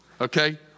Okay